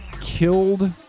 killed